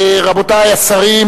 רבותי השרים,